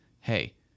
hey